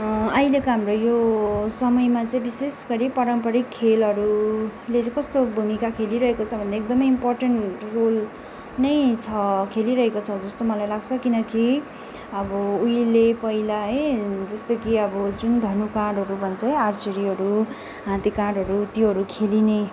अहिलेको हाम्रो यो समयमा चाहिँ विशेष गरी पारम्परिक खेलहरूले चाहिँ कस्तो भूमिका खेलिरहेको छ भन्दा एकदमै इम्पोर्टेन्ट रोल नै छ खेलिरहेको छ जस्तो मलाई लाग्छ किनकि अब उहिले पहिला है जस्तो कि अब जुन धनुकाँडहरू भन्छ है आर्चेरीहरू हाते काँडहरू त्योहरू खेलिने